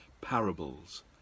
parables